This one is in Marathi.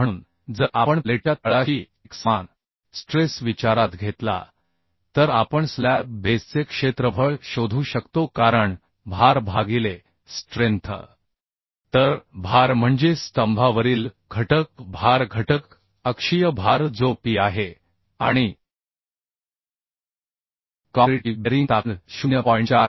म्हणून जर आपण प्लेटच्या तळाशी एकसमान स्ट्रेस विचारात घेतला तर आपण स्लॅब बेसचे क्षेत्रफळ शोधू शकतो कारण भार भागिले स्ट्रेन्थ तर भार म्हणजे स्तंभावरील घटक भार घटक अक्षीय भार जो p आहे आणि काँक्रीटची बेअरिंग ताकद 0